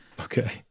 Okay